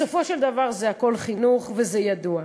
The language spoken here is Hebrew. בסופו של דבר זה הכול חינוך, וזה ידוע.